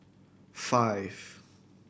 five